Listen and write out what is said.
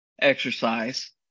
exercise